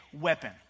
weapon